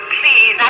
please